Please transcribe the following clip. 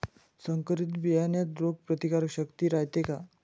संकरित बियान्यात रोग प्रतिकारशक्ती रायते का?